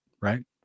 right